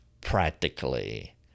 practically